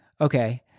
Okay